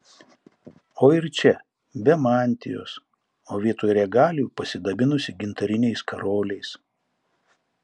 o ir čia be mantijos o vietoj regalijų pasidabinusi gintariniais karoliais